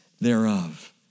thereof